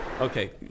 okay